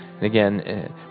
Again